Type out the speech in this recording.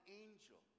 angel